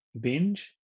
binge